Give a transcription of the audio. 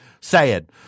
Sad